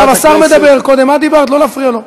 עכשיו השר מדבר, קודם את דיברת, לא להפריע לו.